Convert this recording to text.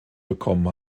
bekommen